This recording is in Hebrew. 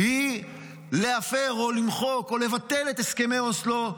-- היא להפר או למחוק או לבטל את הסכמי אוסלו,